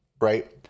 right